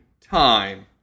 time